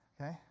Okay